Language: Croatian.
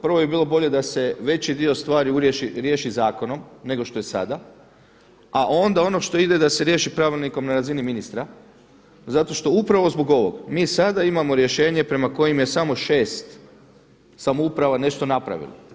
Prvo bi bilo bolje da se veći dio stvari riješi zakonom nego što je sada, a onda ono što ide da se riješi pravilnikom na razini ministra zato što upravo zbog ovog mi sada imamo rješenje prema kojem je samo 6 samouprava nešto napravilo.